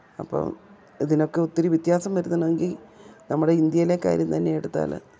അപ്പോൾ ഇതിനൊക്കെ ഒത്തിരി വ്യത്യാസം വരുത്തണമെങ്കിൽ നമ്മുടെ ഇന്ത്യയിലെ കാര്യം തന്നെ എടുത്താൽ